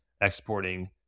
exporting